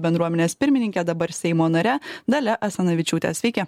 bendruomenės pirmininke dabar seimo nare dalia asanavičiūte sveiki